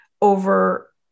over